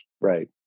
right